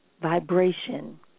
vibration